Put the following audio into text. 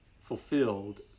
fulfilled